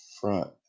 front